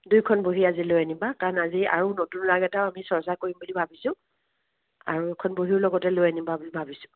দুইখন বহী আজি লৈ আনিবা কাৰণ আজি আৰু নতুন ৰাগ এটা আমি চৰ্চা কৰিম বুলি ভাবিছোঁ আৰু এখন বহীও লগতে লৈ আনিবা বুলি ভাবিছোঁ